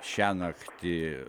šią naktį